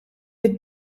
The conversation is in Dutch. het